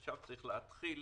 עכשיו צריך להתחיל